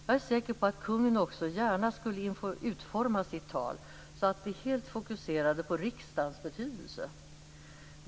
Jag är säker på att kungen också gärna skulle utforma sitt tal så att det helt fokuserade på riksdagens betydelse.